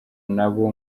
nabo